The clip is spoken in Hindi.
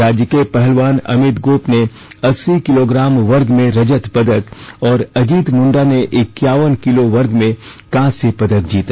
राज्य के पहलवान अमित गोप ने अस्सी किलोग्राम वर्ग में रजत पदक और अजीत मुंडा ने इक्यावन किलो वर्ग में कांस्य पदक जीता